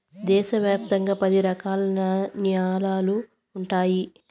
దేశ వ్యాప్తంగా పది రకాల న్యాలలు ఉన్నాయి